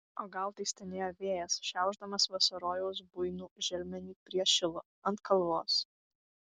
o gal tai stenėjo vėjas šiaušdamas vasarojaus buinų želmenį prie šilo ant kalvos